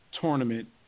tournament